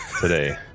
today